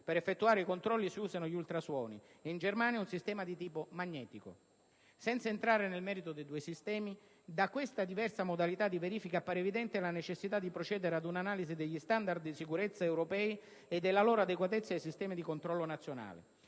per effettuare i controlli si usano gli ultrasuoni, mentre in Germania si usa un sistema di tipo magnetico. Senza entrare nel merito dei due sistemi, da questa diversa modalità di verifiche appare evidente la necessità di procedere ad un'analisi degli standard di sicurezza europei e della loro adeguatezza ai sistemi di controllo nazionali,